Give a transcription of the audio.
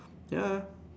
ya